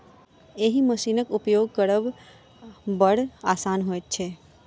एहि मशीनक उपयोग करब बड़ आसान होइत छै